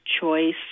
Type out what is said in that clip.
choice